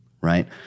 right